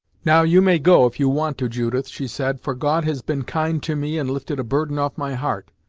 now, you may go if you want to, judith, she said, for god has been kind to me, and lifted a burden off my heart.